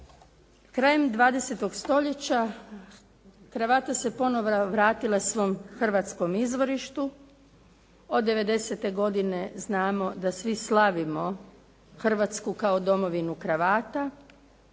Krajem 20. stoljeća kravata se ponovo vratila svom hrvatskom izvorištu. Od '90. godine znamo da svi slavimo Hrvatsku kao domovinu kravata